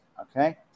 okay